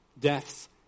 death's